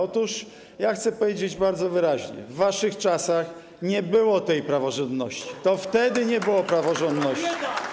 Otóż ja chcę powiedzieć bardzo wyraźnie: w waszych czasach nie było tej praworządności, to wtedy nie było praworządności.